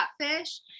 catfish